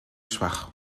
schwach